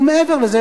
ומעבר לזה,